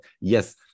yes